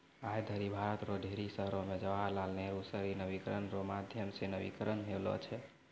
आय धरि भारत रो ढेरी शहरो मे जवाहर लाल नेहरू शहरी नवीनीकरण रो माध्यम से नवीनीकरण होलौ छै